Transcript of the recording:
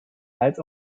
als